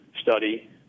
study